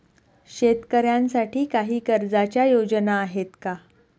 शेतकऱ्यांसाठी काही कर्जाच्या योजना आहेत का?